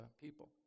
people